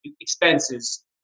expenses